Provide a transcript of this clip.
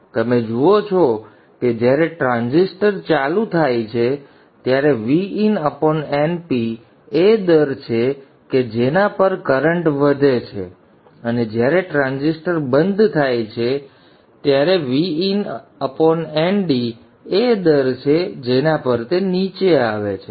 તમે જુઓ છો કે જ્યારે ટ્રાન્ઝિસ્ટર ચાલુ થાય છે ત્યારે Vin Np એ દર છે કે જેના પર કરન્ટ વધે છે અને જ્યારે ટ્રાન્ઝિસ્ટર બંધ થાય છે Vin Nd એ દર છે જેના પર તે નીચે આવે છે